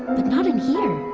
but not in here